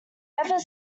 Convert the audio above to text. ever